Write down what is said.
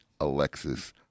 Alexis